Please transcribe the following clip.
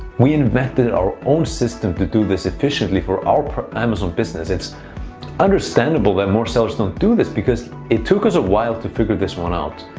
we invented our own system to do this efficiently for our amazon it's understandable that more sellers don't do this because it took us a while to figure this one out.